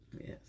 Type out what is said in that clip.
Yes